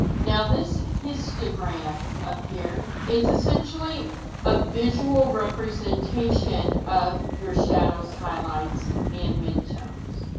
now this histogram up here is essentially a visual representation of your shadows, highlights, and mid-tones.